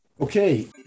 Okay